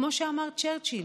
כמו שאמר צ'רצ'יל,